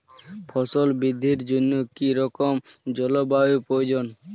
ফসল বৃদ্ধির জন্য কী রকম জলবায়ু প্রয়োজন?